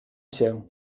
cię